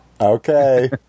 Okay